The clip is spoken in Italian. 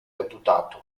deputato